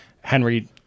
Henry